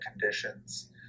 conditions